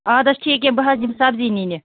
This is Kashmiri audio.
اَدٕ حظ ٹھیٖک یہِ بہٕ حظ یِمہٕ سبزی نِنہٕ